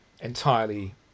entirely